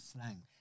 slang